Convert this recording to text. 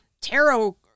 tarot